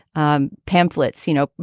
um pamphlets, you know,